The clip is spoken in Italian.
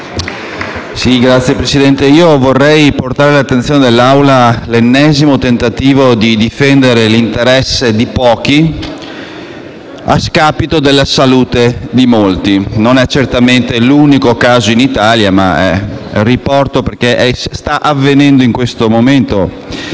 Signora Presidente, vorrei portare all'attenzione dell'Assemblea l'ennesimo tentativo di difendere l'interesse di pochi a scapito della salute di molti. Non è certamente l'unico caso in Italia, ma lo riporto perché sta avvenendo in questo momento.